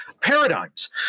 paradigms